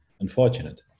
unfortunate